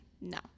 No